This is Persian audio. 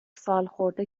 سالخورده